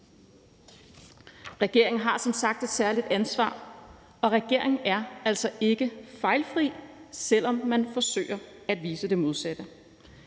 Regeringen har som sagt et særligt ansvar, og regeringen er altså ikke fejlfri, selv om man forsøger at vise det modsatte.